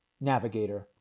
Navigator